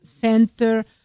Center